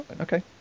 okay